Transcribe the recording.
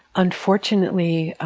unfortunately,